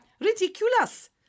Ridiculous